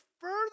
further